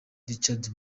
richard